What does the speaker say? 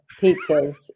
pizzas